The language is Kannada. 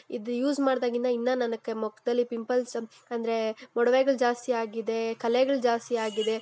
ಇದು ಯೂಸ್ ಮಾಡಿದಾಗಿಂದ ಇನ್ನೂ ನನಗೆ ಮುಖ್ದಲ್ಲಿ ಪಿಂಪಲ್ಸ್ ಅಂದರೆ ಮೊಡವೆಗಳು ಜಾಸ್ತಿ ಆಗಿದೆ ಕಲೆಗಳು ಜಾಸ್ತಿ ಆಗಿದೆ